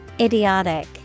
Idiotic